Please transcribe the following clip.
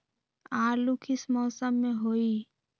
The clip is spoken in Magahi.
आलू किस मौसम में होई?